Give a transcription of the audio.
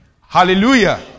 Hallelujah